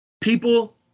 People